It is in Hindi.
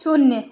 शून्य